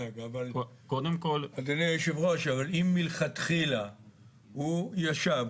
אדוני היו"ר אבל אם מלכתחילה הוא ישב,